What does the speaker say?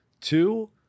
Two